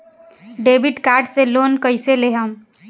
Debit card से loan कईसे लेहम?